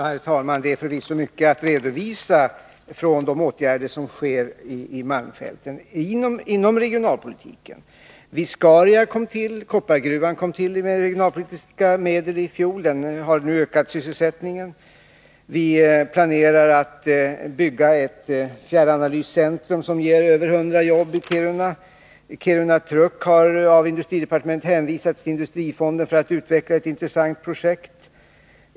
Herr talman! Det är förvisso mycket att redovisa i fråga om de åtgärder som vidtas i malmfälten inom regionalpolitiken. Viscariamalmen kom till. Koppargruvan kom till med regionalpolitiska medel i fjol. Den har nu ökat sysselsättningen. Vi planerar att bygga ett fjärranalyscentrum som ger över 100 jobb i Kiruna. Kiruna Maskin & Truckservice AB har av industridepartementet hänvisats till Industrifonden för att utveckla ett intressant projekt.